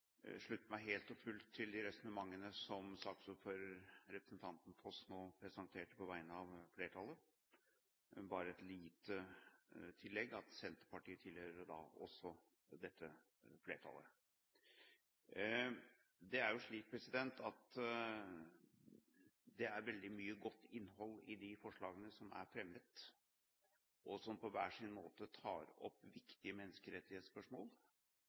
Foss, nå presenterte på vegne av flertallet, men bare med et lite tillegg, at Senterpartiet også tilhører dette flertallet. Det er jo slik at det er veldig mye godt innhold i de forslagene som er fremmet, og som på hver sin måte tar opp viktige menneskerettighetsspørsmål